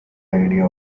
idea